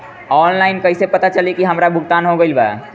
Online कईसे पता चली की हमार भुगतान हो गईल बा?